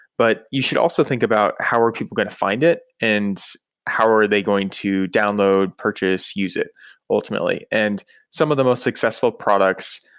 but you should also think about how are people going to find it and how are they going to download, purchase, use it ultimately? and some of the most successful products,